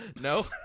No